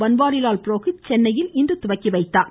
பன்வாரிலால் புரோஹித் சென்னையில் இன்று துவக்கி வைத்தார்